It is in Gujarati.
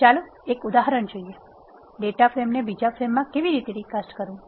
ચાલો એક ઉદાહરણ જોઈએ ડેટા ફ્રેમને બીજા ફોર્મમાં કેવી રીતે રિકાસ્ટ કરવું